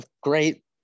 great